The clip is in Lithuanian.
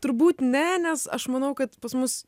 turbūt ne nes aš manau kad pas mus